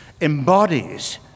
embodies